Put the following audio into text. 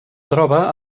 troba